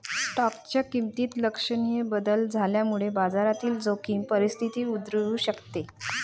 स्टॉकच्या किमतीत लक्षणीय बदल झाल्यामुळे बाजारातील जोखीम परिस्थिती उद्भवू शकते